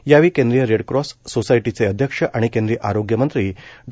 यावेळी केंद्रीय रेडक्रॉस सोसायटीचे अध्यक्ष आणि केंद्रीय आरोग्यमंत्री डॉ